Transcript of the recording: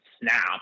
snap